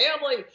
family